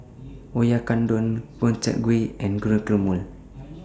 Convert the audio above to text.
Oyakodon Gobchang Gui and Guacamole